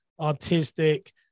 artistic